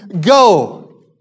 Go